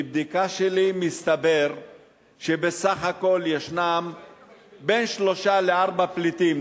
מבדיקה שלי מסתבר שבסך הכול יש בין שלושה לארבעה פליטים,